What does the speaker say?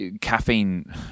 caffeine